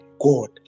God